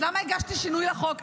אז למה הגשתי שינוי החוק.